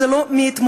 וזה לא מאתמול.